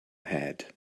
head